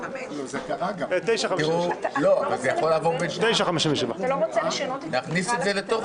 שעה 9:57. (הישיבה נפסקה בשעה 09:54 ונתחדשה בשעה